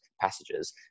passages